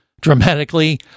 dramatically